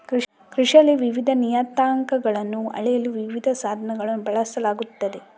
ಕೃಷಿಯಲ್ಲಿ ವಿವಿಧ ನಿಯತಾಂಕಗಳನ್ನು ಅಳೆಯಲು ವಿವಿಧ ಸಾಧನಗಳನ್ನು ಬಳಸಲಾಗುತ್ತದೆ